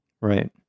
Right